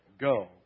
go